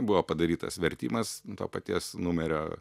buvo padarytas vertimas to paties numerio